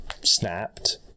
snapped